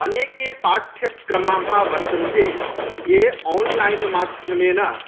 अनेके पाठ्यक्रमाः वर्तन्ते ये आन्लैन् माध्यमेन